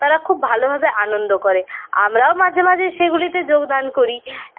তারা খুব ভালোভাবে আনন্দ করে আমরাও মাঝে মাঝে সেগুলিতে যোগদান করি